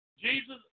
Jesus